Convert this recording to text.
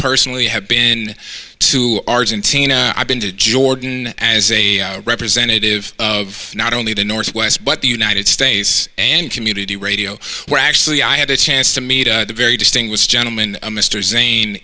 personally have been to argentina i've been to jordan as a representative of not only the northwest but the united states and community radio we're actually i had a chance to meet a very distinguished gentleman mr zane